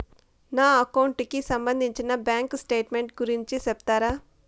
నా అకౌంట్ కి సంబంధించి బ్యాంకు స్టేట్మెంట్ గురించి సెప్తారా